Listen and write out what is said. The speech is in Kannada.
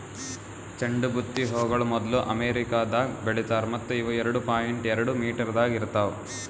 ಚಂಡು ಬುತ್ತಿ ಹೂಗೊಳ್ ಮೊದ್ಲು ಅಮೆರಿಕದಾಗ್ ಬೆಳಿತಾರ್ ಮತ್ತ ಇವು ಎರಡು ಪಾಯಿಂಟ್ ಎರಡು ಮೀಟರದಾಗ್ ಇರ್ತಾವ್